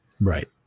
Right